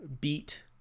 beat